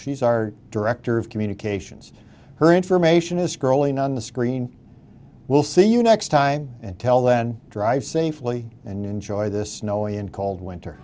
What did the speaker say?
she's our director of communications her information is scrolling on the screen we'll see you next time and tell then drive safely and enjoy this no in cold winter